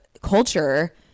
culture